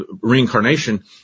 reincarnation